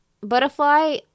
butterfly